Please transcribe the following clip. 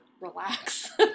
relax